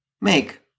Make